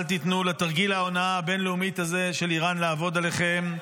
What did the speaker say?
אל תיתנו לתרגיל ההונאה הבין-לאומי הזה של איראן לעבוד עליכם.